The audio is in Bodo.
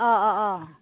अ अ अ